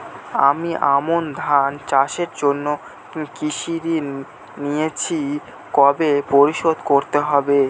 আমি আমন ধান চাষের জন্য কৃষি ঋণ নিয়েছি কবে পরিশোধ করতে হবে?